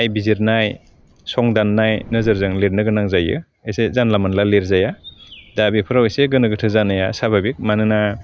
नायबिजिदनाय संदान्नाय नोजोरजों लिरनो गोनां जायो एसे जानला मोनला लिरजाया दा बेफोराव एसे गोनो गोथो जानाया जाबाबिक मानोना